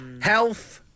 health